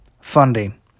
funding